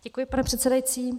Děkuji, pane předsedající.